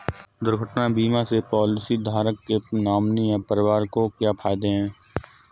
दुर्घटना बीमा से पॉलिसीधारक के नॉमिनी या परिवार को क्या फायदे हैं?